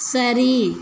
சரி